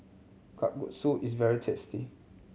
kalguksu is very tasty